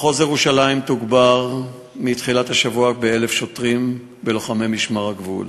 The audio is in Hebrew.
מחוז ירושלים תוגבר מתחילת השבוע ב-1,000 שוטרים ולוחמי משמר הגבול.